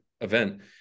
event